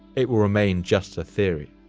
it will remain just a theory.